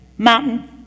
mountain